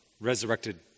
resurrected